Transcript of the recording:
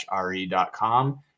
re.com